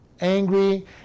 angry